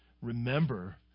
Remember